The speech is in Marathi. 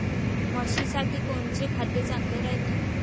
म्हशीसाठी कोनचे खाद्य चांगलं रायते?